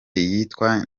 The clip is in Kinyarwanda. iyitwa